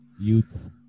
Youths